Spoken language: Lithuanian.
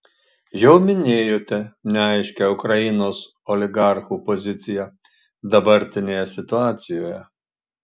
jau minėjote neaiškią ukrainos oligarchų poziciją dabartinėje situacijoje